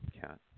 cat